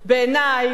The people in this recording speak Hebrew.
בעיני,